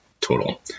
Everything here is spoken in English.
total